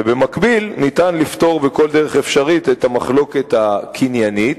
ובמקביל ניתן לפתור בכל דרך אפשרית את המחלוקת הקניינית.